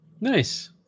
Nice